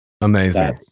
Amazing